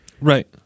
Right